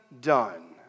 done